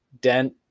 Dent